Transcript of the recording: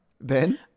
Ben